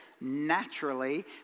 naturally